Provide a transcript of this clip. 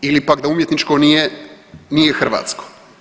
Ili pak da umjetničko nije hrvatsko.